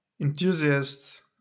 enthusiast